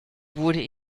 wurde